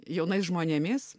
jaunais žmonėmis